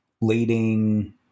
leading